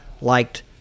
liked